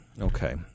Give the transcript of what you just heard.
okay